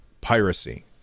piracy